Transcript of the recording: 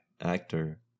actor